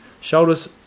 Shoulders